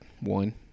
one